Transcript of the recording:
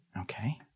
Okay